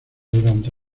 durante